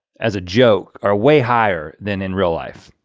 as a joke are way higher than in real life.